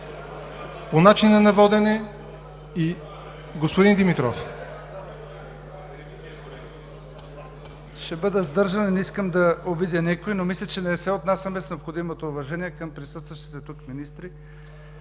по начина на водене от господин Кирилов,